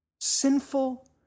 sinful